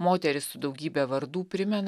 moteris su daugybe vardų primena